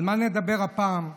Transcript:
על מה נדבר הפעם?